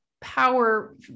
power